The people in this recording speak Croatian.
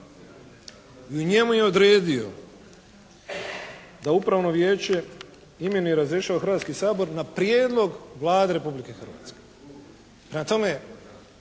I njime je odredio da Upravno vijeće imenuje i razrješuje Hrvatski sabor na prijedlog Vlade Republike Hrvatske.